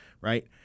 right